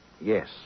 Yes